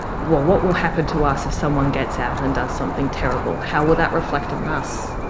well, what will happen to us if someone gets out and does something terrible? how will that reflect on us?